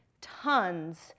tons